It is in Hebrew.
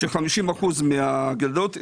ש-50 אחוזים מהגננות,